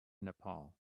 nepal